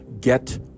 get